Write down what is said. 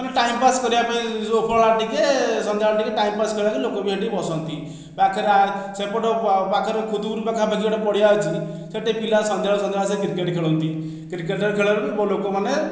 ମାନେ ଟାଇମପାସ କରିବା ପାଇଁ ଯେଉଁ ଉପରଓଳା ଟିକିଏ ସନ୍ଧ୍ୟାବେଳେ ଟିକିଏ ଟାଇମପାସ କରିବାକୁ ଲୋକ ବି ଏଠି ବସନ୍ତି ପାଖରେ ସେପଟ ପାଖରେ ପାଖା ପାଖି ଗୋଟେ ପଡିଆ ଅଛି ସେ'ଠି ପିଲା ସନ୍ଧ୍ୟାବେଳେ ସନ୍ଧ୍ୟାବେଳେ ଆସି କ୍ରିକେଟ ଖେଳନ୍ତି କ୍ରିକେଟ ଖେଳ ବି ବହୁତ ଲୋକମାନେ